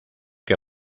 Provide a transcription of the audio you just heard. que